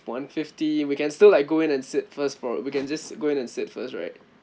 one fifty we can still like go in and sit first for we can just go in and sit first right